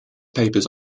papers